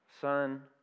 sun